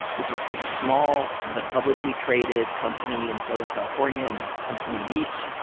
which is this small but publicly-traded company in southern california in huntington beach,